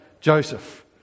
Joseph